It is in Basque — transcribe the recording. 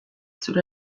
zure